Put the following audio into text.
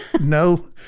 no